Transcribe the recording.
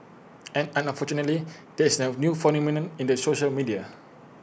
and unfortunately there is A new phenomenon in the social media